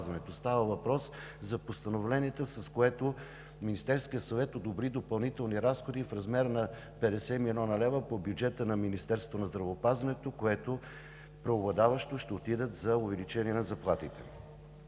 Става въпрос за Постановлението, с което Министерският съвет одобри допълнителни разходи в размер на 50 млн. лв. по бюджета на Министерството на здравеопазването, които преобладаващо ще отидат за увеличение на заплатите.